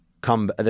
come